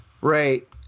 Right